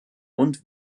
und